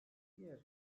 diğer